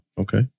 Okay